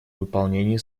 выполнении